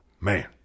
Man